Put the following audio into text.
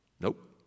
Nope